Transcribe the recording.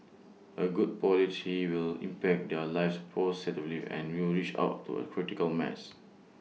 A good policy will impact their lives positively and you'll reach out to A critical mass